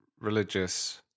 religious